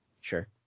sure